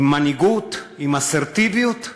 עם מנהיגות, עם אסרטיביות,